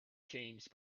changed